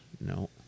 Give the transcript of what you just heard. No